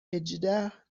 هجده